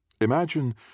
Imagine